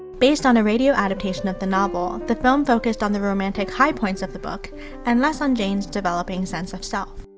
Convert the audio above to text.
based on a radio adaptation of the novel, the film focused on the romantic high points of the book and less on jane's developing sense of self.